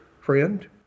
friend